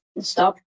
stop